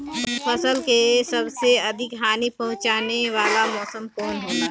फसल के सबसे अधिक हानि पहुंचाने वाला मौसम कौन हो ला?